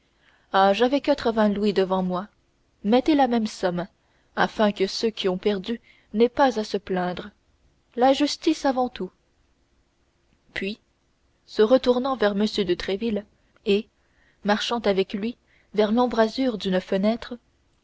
ah j'avais quatrevingts louis devant moi mettez la même somme afin que ceux qui ont perdu n'aient point à se plaindre la justice avant tout puis se retournant vers m de tréville et marchant avec lui vers l'embrasure d'une fenêtre